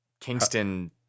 Kingston